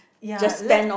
ya let